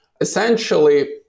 essentially